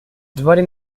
dividing